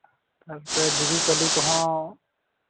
ᱛᱟᱨᱯᱚᱨᱮ ᱫᱮᱵᱤ ᱠᱟᱹᱞᱤ ᱠᱚᱦᱚᱸ